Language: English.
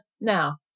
now